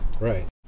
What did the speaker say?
Right